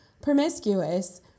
promiscuous